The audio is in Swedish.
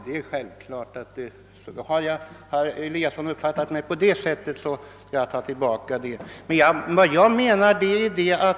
Om herr Eliasson uppfattade vad jag sade på det sättet beklagar jag det.